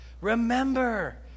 Remember